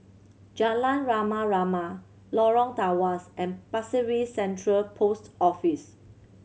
Jalan Rama Rama Lorong Tawas and Pasir Ris Central Post Office